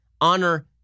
honor